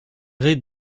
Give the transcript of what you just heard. res